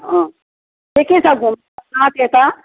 के के छ घुम्नु त्यता